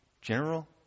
general